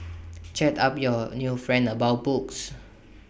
chat up your new friend about books